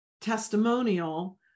testimonial